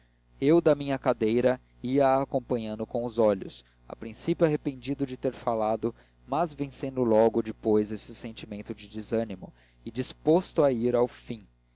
eu da minha cadeira ia a acompanhando com os olhos a princípio arrependido de ter falado mas vencendo logo depois esse sentimento de desanimo e disposto a ir ao fim